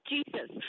Jesus